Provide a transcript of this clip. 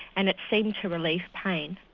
and it seemed to relieve pain.